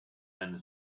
and